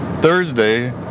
Thursday